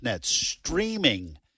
Streaming